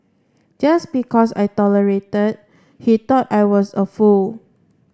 just because I tolerated he thought I was a fool